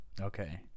Okay